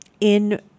in-